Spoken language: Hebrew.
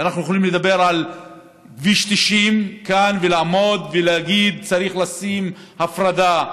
ואנחנו יכולים לדבר על כביש 90 כאן ולעמוד ולהגיד: צריך לשים הפרדה,